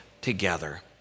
together